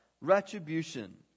retribution